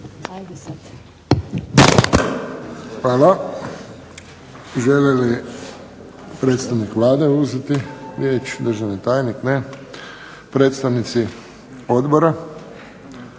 Hvala. Žele li predstavnik Vlade uzeti riječ, državni tajnik? Ne Predstavnici Odbora,